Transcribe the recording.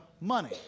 money